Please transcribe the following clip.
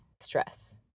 stress